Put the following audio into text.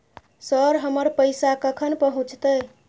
Sir, हमर पैसा कखन पहुंचतै?